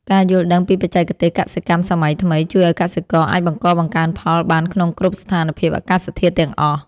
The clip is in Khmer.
ការយល់ដឹងពីបច្ចេកទេសកសិកម្មសម័យថ្មីជួយឱ្យកសិករអាចបង្កបង្កើនផលបានក្នុងគ្រប់ស្ថានភាពអាកាសធាតុទាំងអស់។